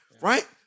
right